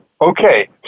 Okay